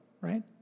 right